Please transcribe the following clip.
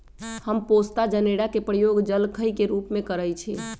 हम पोस्ता जनेरा के प्रयोग जलखइ के रूप में करइछि